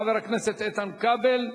חבר הכנסת איתן כבל.